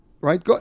Right